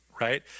right